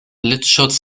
blitzschutz